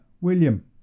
William